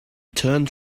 turned